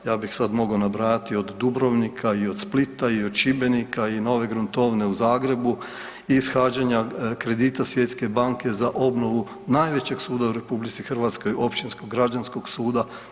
Ja bih sad mogao nabrajati od Dubrovnika i od Splita i od Šibenika i nove gruntovne u Zagrebu, ishođenja kredita Svjetske banke za obnovu najvećeg suda u RH Općinskog građanskog suda.